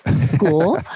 school